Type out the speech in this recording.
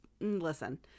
listen